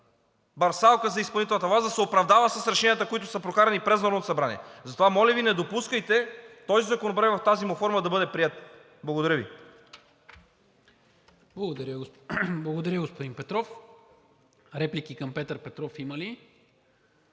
бърсалка за изпълнителната власт – да се оправдава с решенията, които са прокарани през Народното събрание! Затова, моля Ви, не допускайте този законопроект в тази му форма да бъде приет! Благодаря Ви. ПРЕДСЕДАТЕЛ НИКОЛА МИНЧЕВ: Благодаря, господин Петров. Реплики към Петър Петров има ли?